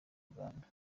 rwanda